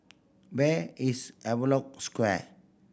where is Havelock Square